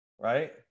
right